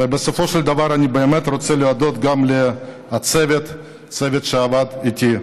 ובסופו של דבר אני באמת רוצה להודות גם לצוות שעבד איתי: